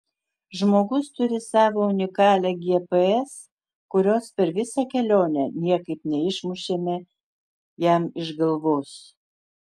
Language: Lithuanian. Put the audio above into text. žmogus turi savo unikalią gps kurios per visą kelionę niekaip neišmušėme jam iš galvos